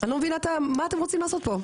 אני לא מבינה מה אתם רוצים לעשות פה?